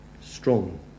strong